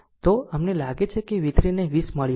તો અમને લાગે છે કે v3 ને 20 મળ્યું હશે